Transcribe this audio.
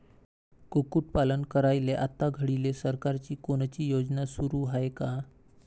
कुक्कुटपालन करायले आता घडीले सरकारची कोनची योजना सुरू हाये का?